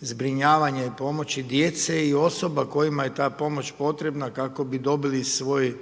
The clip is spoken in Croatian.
zbrinjavanja i pomoći djece i osoba kojima je ta pomoć potrebna kako bi dobili svoj